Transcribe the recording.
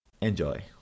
Enjoy